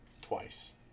twice